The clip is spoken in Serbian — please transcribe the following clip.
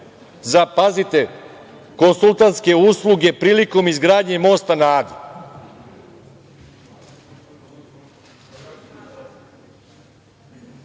pazite, konsultantske usluge prilikom izgradnje mosta na Adi.